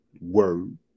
word